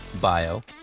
bio